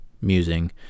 musing